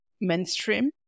mainstream